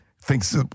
thinks